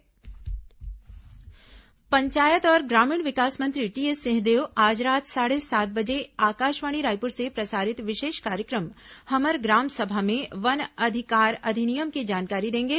हमर ग्राम सभा पंचायत और ग्रामीण विकास मंत्री टीएस सिंहदेव आज रात साढ़े सात बजे आकाशवाणी रायपुर से प्रसारित विशेष कार्यक्रम हमर ग्राम सभा में वन अधिकार अधिनियम की जानकारी देंगे